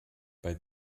bei